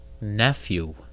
nephew